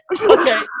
Okay